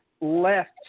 left